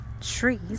trees